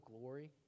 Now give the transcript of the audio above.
glory